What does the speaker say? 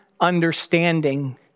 understanding